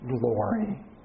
glory